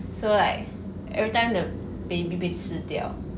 so like everytime the baby 被吃掉